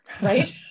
right